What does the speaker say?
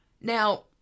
Now